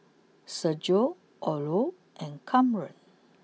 Sergio Orlo and Kamren